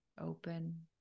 open